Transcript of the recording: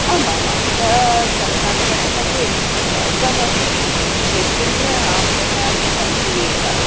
आमामां त कण्ठाभरणमपि सर्वमपि विभिन्न आभरणानि सन्ति एव